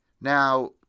Now